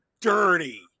dirty